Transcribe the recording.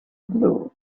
blue